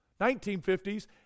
1950s